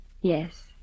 Yes